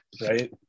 right